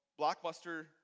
Blockbuster